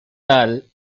tal